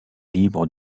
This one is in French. libres